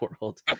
world